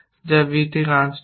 যা b থেকে কিছু আনস্ট্যাক করে